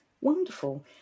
Wonderful